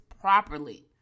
properly